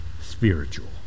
spiritual